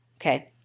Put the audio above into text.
Okay